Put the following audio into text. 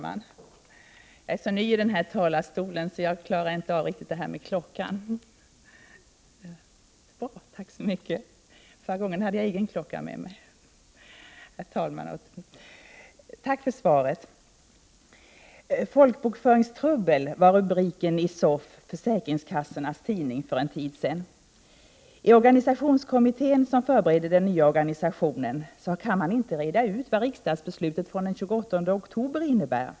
Herr talman! Tack för svaret! ”Folkbokföringstrubbel” var en rubrik i SOF, försäkringskassornas tidning, för en tid sedan. I organisationskommittén, som förbereder den nya organisationen, kan man inte reda ut vad riksdagsbeslutet från den 28 oktober innebär.